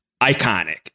iconic